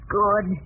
good